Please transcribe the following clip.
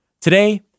Today